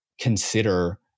consider